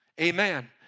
amen